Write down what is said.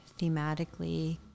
thematically